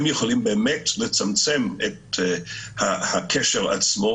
הם יכולים באמת לצמצם את הקשר עצמו.